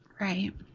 Right